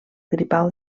gripau